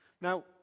Now